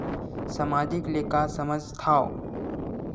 सामाजिक ले का समझ थाव?